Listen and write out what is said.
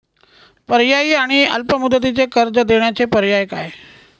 पर्यायी आणि अल्प मुदतीचे कर्ज देण्याचे पर्याय काय?